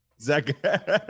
Zach